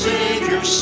Savior